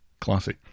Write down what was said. Classy